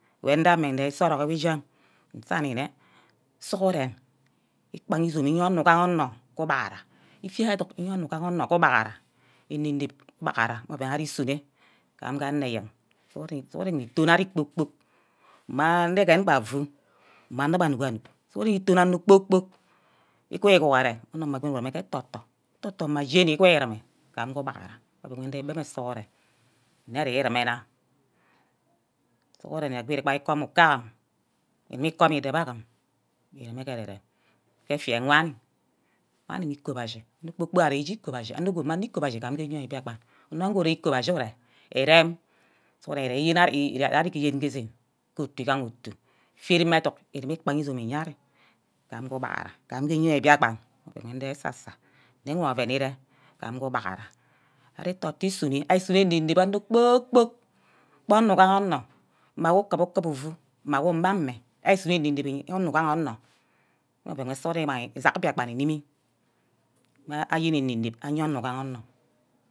Nwe nde-amin nde iso-orock ke ushiam, nsani nne sughuren ukpaha izome uye onor uga onor ku ubaghara, ishie edung onor uga onor ku ubaghara ene-nep ku ubaghara mmi gaha oven wor ari sun-nor gam ge anor eyen sughuren ngu iton ari kpor-kpork iqui-guhure onor mma gwoni areme ke eto-toh, eto-toh mma gwoni iqui rume gam kuubaghara mme oven ndi gbem onh sughuren. nne je ereme nna, sughuren egbi urebe ukum ukah, ngimi ikom idebeh agim, ereme ke ere-rem. ke efia wanni mme ikoi-bashi anor kpor-kpork arear ge ije ikoi-bashi, anor good mme anor ikoi-bashi gam ke eyoi mbiakpan, onor wor uru ikoi-bashi ure, irem sughuren ire iyen ari gee esen ke du-igaha otu, efiare mma edunk, ugbaghara izome uye ari gam ku ubaghara gam ge eyoi mbiakpan wor ovene ndege ese-sa, nne wor oven ire gam gu ubaghara, ari tod ke isunne, ari sunor ene-nep aonor kpor-kpork gba onor ugaha onor mma wu kubu-kuba gba onor ugaha onor mma wu kuba-kuba ufu, mma mumma mme ari esunor ene-nep, onor uga onor mme oven sughuren imangi isack mbiakpan unime mme ayen ene-nep aye onor ugaha onor.